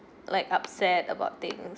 like upset about things